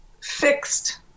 fixed